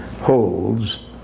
holds